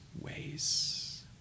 ways